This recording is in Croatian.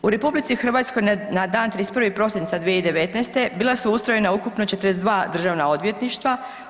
U RH na dan 31. prosinca 2019. bila su ustrojena ukupno 42 državna odvjetništva.